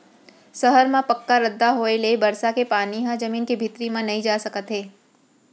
सहर म पक्का रद्दा होए ले बरसा के पानी ह जमीन के भीतरी म नइ जा सकत हे